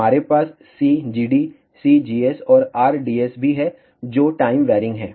हमारे पास Cgd Cgsऔर Rdsभी हैं जो टाइम वैरीइंग हैं